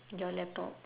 your laptop